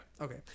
okay